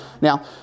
Now